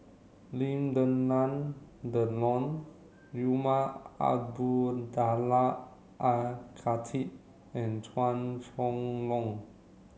Lim Denan Denon Umar Abdullah Al Khatib and Chua Chong Long